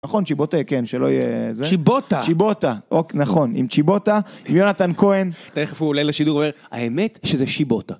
נכון, צ'יבוטה כן, שלא יהיה זה. צ'יבוטה. צ'יבוטה, אוקיי, נכון, עם צ'יבוטה, עם יונתן כהן. תיכף הוא עולה לשידור ואומר, האמת שזה שיבוטה.